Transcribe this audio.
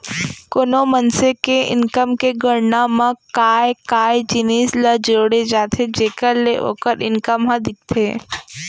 कोनो मनसे के इनकम के गणना म काय काय जिनिस ल जोड़े जाथे जेखर ले ओखर इनकम ह दिखथे?